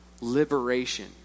liberation